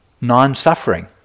non-suffering